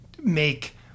make